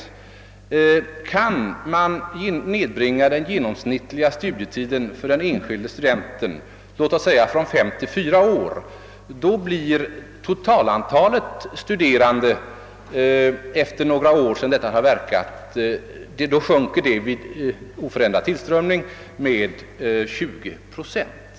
Kan man nedbringa den genomsnittliga studietiden för den enskilde studenten från fem till fyra år, så minskar totalantalet studerande efter några år — under förutsättning av oförändrad tillströmning — med 20 procent.